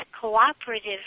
cooperative